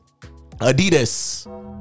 Adidas